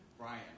Brian